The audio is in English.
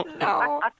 no